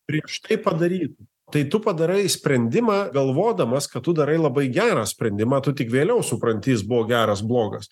prieš tai padarytų tai tu padarai sprendimą galvodamas kad tu darai labai gerą sprendimą tu tik vėliau supranti jis buvo geras blogas